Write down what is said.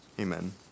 amen